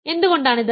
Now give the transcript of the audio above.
എന്തുകൊണ്ടാണ് ഇത്